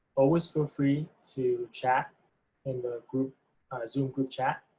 always feel free to chat in the group zoom group chat.